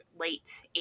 late